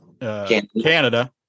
Canada